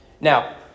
Now